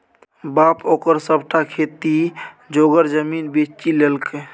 बाप ओकर सभटा खेती जोगर जमीन बेचि लेलकै